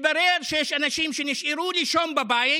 מתברר שיש אנשים שנשארו לישון בבית